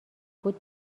بود